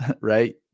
right